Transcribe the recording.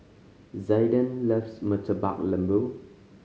Zaiden loves Murtabak Lembu